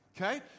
Okay